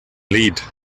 lead